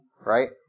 Right